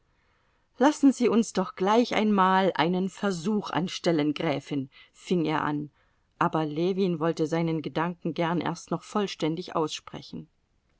lassen sie uns doch gleich einmal einen versuch anstellen gräfin fing er an aber ljewin wollte seinen gedanken gern erst noch vollständig aussprechen